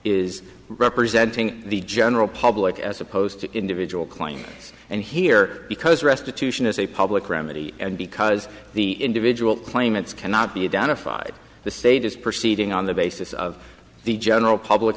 is representing the general public as opposed to individual claims and here because restitution is a public remedy and because the individual claimants cannot be identified the state is proceeding on the basis of the general public